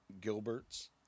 Gilbert's